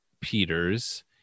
Peters